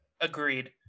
Agreed